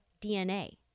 DNA